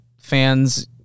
fans